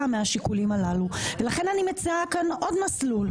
מהשיקולים הללו ולכן אנחנו במחנה הממלכתי מציעים כאן עוד מסלול,